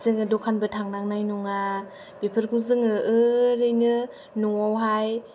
जोङो दखानबो थांनायनाय नङा बेफोरखौ जोङो ओरैनो न'आवहाय